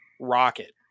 rocket